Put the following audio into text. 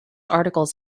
articles